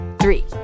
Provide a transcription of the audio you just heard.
three